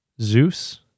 Zeus